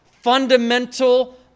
fundamental